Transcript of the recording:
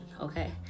okay